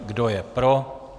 Kdo je pro?